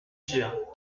sœur